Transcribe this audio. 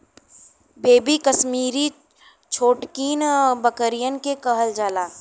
baby Kashmiri छोटकिन बकरियन के कहल जाला